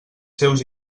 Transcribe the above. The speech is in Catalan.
seus